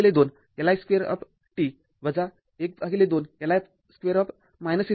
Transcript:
तर हे १२ Li २ १२ Li २ ∞आहे